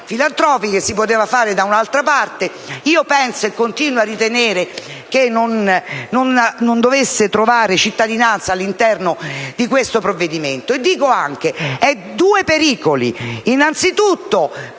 filantropiche si poteva fare da un'altra parte; penso e continuo a ritenere che essa non dovesse trovare cittadinanza all'interno di questo provvedimento. Ci sono due pericoli. Innanzitutto,